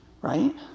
right